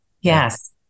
yes